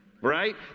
Right